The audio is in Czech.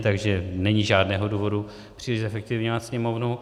Takže není žádného důvodu zefektivňovat Sněmovnu.